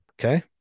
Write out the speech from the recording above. Okay